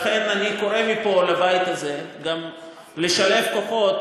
לכן אני קורא מפה לבית הזה לשלב כוחות